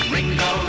Ringo